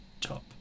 top